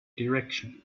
direction